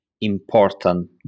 important